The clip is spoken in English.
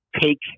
take